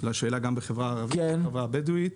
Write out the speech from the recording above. לשאלה גם בחברה הערבית, בחברה הבדואית.